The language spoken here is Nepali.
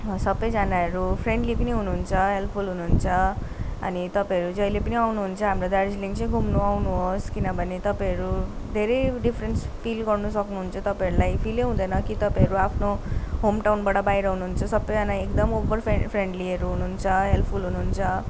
सबैजनाहरू फ्रेन्डली पनि हुनुहुन्छ हेल्पफुल हुनुहुन्छ अनि तपाईँहरू जहिले पनि आउनुहुन्छ हाम्रो दार्जिलिङ चाहिँ घुम्नु आउनुहोस् किनभने तपाईँहरू धेरै डिफ्रेन्स फिल गर्न सक्नुहुन्छ तपाईँहरूलाई फिलै हुँदैन कि तपाईँहरू आफ्नो होम टाउनबाट बाहिर हुनुहुन्छ सबैजना ओ ओभर फ्रेन्डलीहरू हुनुहुन्छ हेल्पफुलहरू हुनुहुन्छ